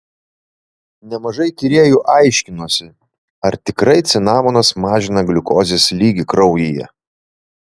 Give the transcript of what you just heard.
nemažai tyrėjų aiškinosi ar tikrai cinamonas mažina gliukozės lygį kraujyje